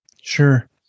Sure